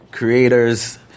creators